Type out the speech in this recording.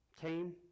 came